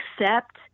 accept